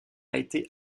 été